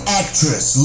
actress